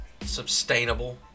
sustainable